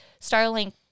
starlink